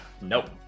Nope